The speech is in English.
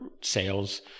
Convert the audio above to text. sales